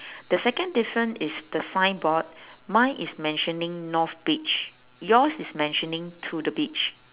the second different is the signboard mine is mentioning north beach yours is mentioning to the beach